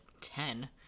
ten